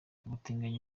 ubutinganyi